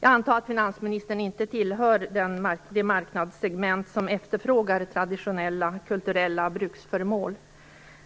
Jag antar att finansministern inte tillhör det marknadssegment som efterfrågar traditionella, kulturella bruksföremål.